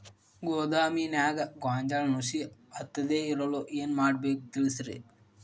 ಗೋದಾಮಿನ್ಯಾಗ ಗೋಂಜಾಳ ನುಸಿ ಹತ್ತದೇ ಇರಲು ಏನು ಮಾಡಬೇಕು ತಿಳಸ್ರಿ